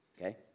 Okay